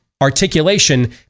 articulation